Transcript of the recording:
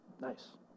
Nice